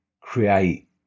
create